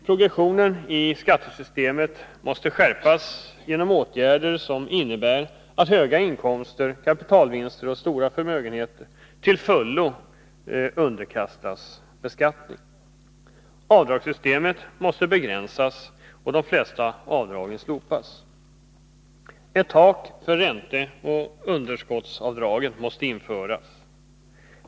Progressionen i skattesystemet måste skärpas genom åtgärder som innebär att höga inkomster, kapitalvinster och stora förmögenheter till fullo underkastas beskattning. Avdragssystemet måste begränsas, och de flesta avdragen slopas. Ett tak för ränteoch underskottsavdragen måste införas.